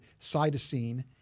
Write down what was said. cytosine